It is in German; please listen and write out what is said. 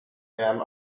bern